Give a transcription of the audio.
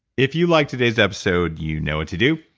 if you liked today's episode, you know what to do.